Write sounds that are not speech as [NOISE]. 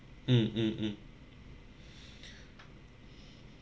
mm mm mm [BREATH]